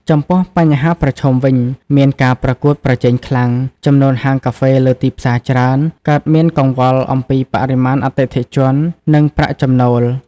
ចំពោះបញ្ហាប្រឈមវិញមានការប្រកួតប្រជែងខ្លាំង ចំនួនហាងកាហ្វេលើទីផ្សារច្រើន កើតមានកង្វល់អំពីបរិមាណអតិថិជន និងប្រាក់ចំណូល។